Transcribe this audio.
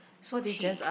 so she